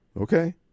Okay